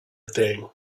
thing